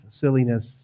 silliness